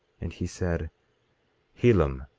and he said helam,